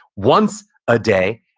once a day,